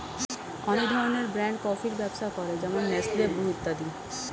অনেক ধরনের ব্র্যান্ড কফির ব্যবসা করে যেমন নেসলে, ব্রু ইত্যাদি